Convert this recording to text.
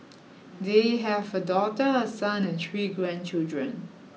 they have a daughter a son and three grandchildren